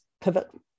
pivot